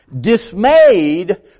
Dismayed